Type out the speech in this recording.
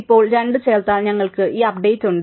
ഇപ്പോൾ 2 ചേർത്താൽ ഞങ്ങൾക്ക് ഈ അപ്ഡേറ്റ് ഉണ്ട്